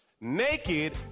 naked